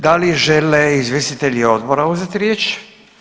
Da li žele izvjestitelji odbora uzeti riječ?